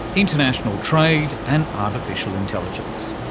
international trade and artificial intelligence.